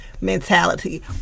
mentality